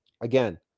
Again